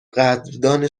قدردان